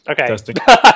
Okay